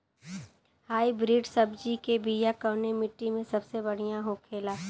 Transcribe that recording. Hybrid सब्जी के बिया कवने मिट्टी में सबसे बढ़ियां होखे ला?